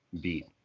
beat